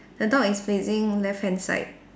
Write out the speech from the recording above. the dog is facing left hand side